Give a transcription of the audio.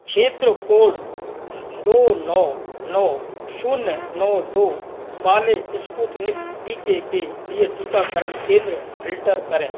क्षेत्र कोड दो नौ नौ शून्य नौ दो वाले स्पूतनिक टीके के लिए टीकाकरण केंद्र फ़िल्टर करें